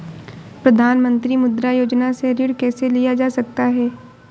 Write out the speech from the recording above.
प्रधानमंत्री मुद्रा योजना से ऋण कैसे लिया जा सकता है?